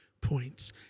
Points